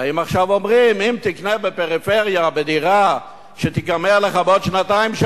באים עכשיו ואומרים: אם תקנה בפריפריה דירה שתיגמר בעוד שנתיים,